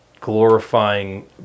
glorifying